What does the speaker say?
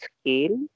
scale